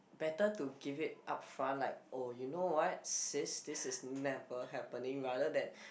better to give it upfront like oh you know what sis this is never happening rather than